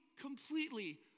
completely